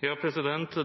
Det